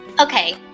Okay